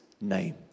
name